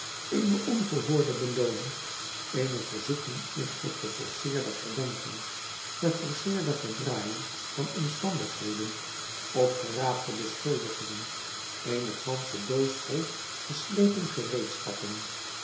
eene ongehoorde belooning eene verzoeking is tot geforceerde verdenking geforceerde verdraaiing van omstandigheden opgeraapte beschuldigen eene gansche doos vol geslepen gereedschappen